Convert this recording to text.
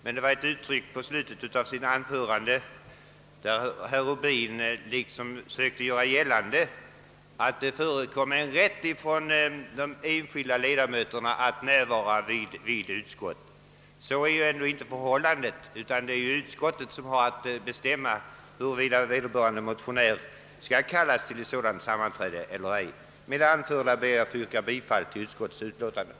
Men när herr Rubin i slutet av sitt anförande sökte göra gällande, att det förelåg en rätt för de enskilda riksdagsledamöterna att närvara i utskott, vill jag framhålla att så inte är förhållandet utan att det är vederbörande utskott som avgör huruvida en motionär skall kallas till ett sammanträde eller ej. Med det anförda ber jag att få yrka bifall till utskottets hemställan.